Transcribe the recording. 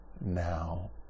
now